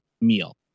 meal